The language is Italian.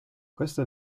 questo